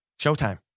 Showtime